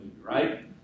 right